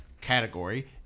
category